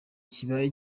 kibaye